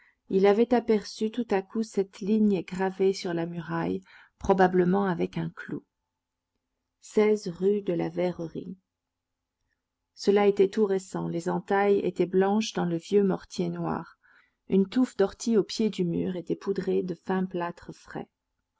il avait aperçu tout à coup cette ligne gravée sur la muraille probablement avec un clou rue de la verrerie cela était tout récent les entailles étaient blanches dans le vieux mortier noir une touffe d'ortie au pied du mur était poudrée de fin plâtre frais